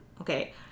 Okay